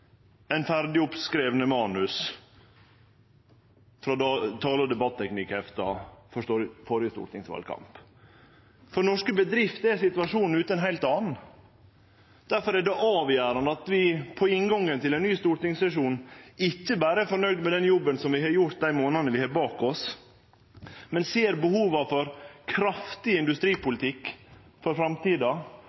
manus frå tale- og debatteknikkhefta frå førre stortingsvalkamp. For norske bedrifter er situasjonen ute ein heilt annan. Difor er det avgjerande at vi ved inngangen til ein ny stortingssesjon ikkje berre er fornøgde med den jobben som vi har gjort dei månadene vi har bak oss, men ser behova for kraftig industripolitikk for framtida